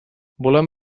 volem